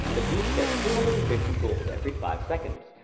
the beasts get two hundred and fifty gold every five seconds.